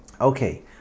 Okay